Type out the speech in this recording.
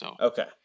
Okay